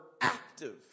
active